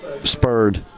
spurred